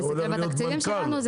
תסתכל על התקציבים שלנו,